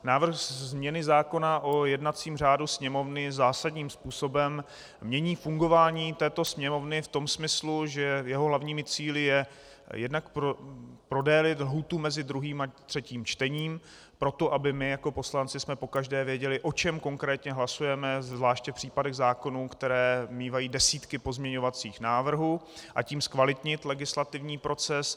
Návrh změny zákona o jednacím řádu Sněmovny zásadním způsobem mění fungování této Sněmovny v tom smyslu, že jeho hlavními cíli je jednak prodloužit lhůtu mezi druhým a třetím čtením proto, aby my jako poslanci jsme pokaždé věděli, o čem konkrétně hlasujeme, zvláště v případech zákonů, které mívají desítky pozměňovacích návrhů, a tím zkvalitnit legislativní proces.